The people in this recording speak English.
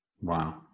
Wow